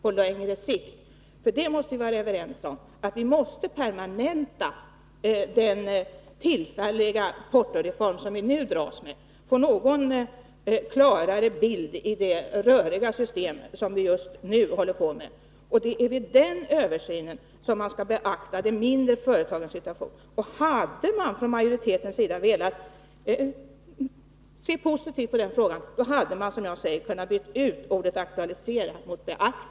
Vi måste vara överens om att vi måste permanenta den tillfälliga portoreform som vi nu dras med och få till stånd en något klarare bild i det röriga systemet. Det är vid den översynen man skall beakta de mindre företagens situation. Hade majoriteten sett positivt på den frågan hade man, som jag säger, kunnat byta ut ordet ”aktualisera” mot ordet ”beakta”.